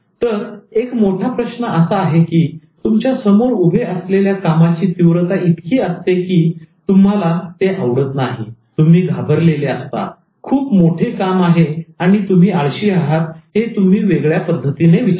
तर एक मोठा प्रश्न असा आहे की तुमच्या समोर उभे असलेल्या कामाची तीव्रता इतकी असते की तुम्हाला ते आवडत नाही तुम्ही घाबरलेले असता खूप मोठे काम आहे आणि तुम्ही आळशी आहात हे तुम्ही वेगळ्या पद्धतीने विचारता